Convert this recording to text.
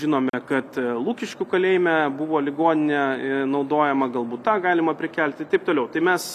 žinome kad lukiškių kalėjime buvo ligoninė naudojama galbūt tą galima prikelti ir taip toliau tai mes